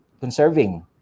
conserving